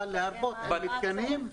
אבל להרבות במתקנים,